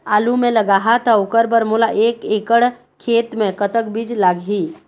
आलू मे लगाहा त ओकर बर मोला एक एकड़ खेत मे कतक बीज लाग ही?